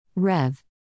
Rev